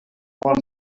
want